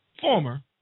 former